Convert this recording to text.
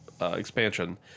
expansion